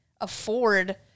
afford